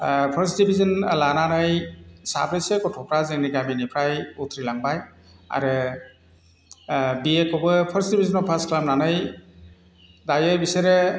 first division लानानै साब्रैसो गथ'फ्रा जोंनि गामिनिफ्राय उथ्रिलांबाय आरो बिएखौबो फार्स्ट डिभिजनाव पास खालामनानै दायो बिसोरो